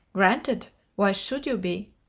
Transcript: granted why should you be?